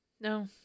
No